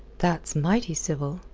that's mighty civil,